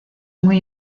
muy